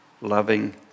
loving